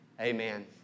amen